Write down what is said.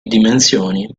dimensioni